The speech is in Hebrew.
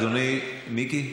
אדוני, מיקי,